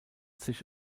sich